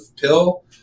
pill